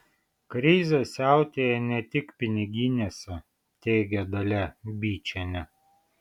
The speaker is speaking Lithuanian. krizė siautėja ne tik piniginėse teigia dalia byčienė